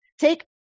Take